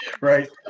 right